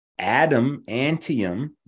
Adamantium